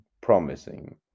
promising